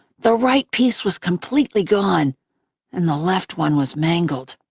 the right piece was completely gone and the left one was mangled.